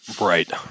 Right